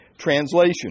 Translation